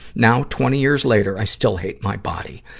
now, twenty years later, i still hate my body.